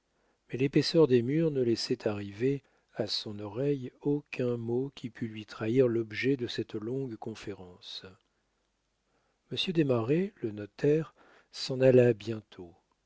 mais l'épaisseur des murs ne laissait arriver à son oreille aucun mot qui pût lui trahir l'objet de cette longue conférence monsieur desmarets le notaire s'en alla bientôt